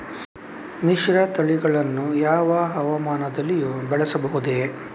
ಮಿಶ್ರತಳಿಗಳನ್ನು ಯಾವ ಹವಾಮಾನದಲ್ಲಿಯೂ ಬೆಳೆಸಬಹುದೇ?